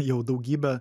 jau daugybę